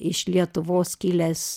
iš lietuvos kilęs